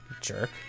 jerk